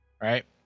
right